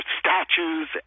statues